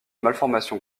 malformation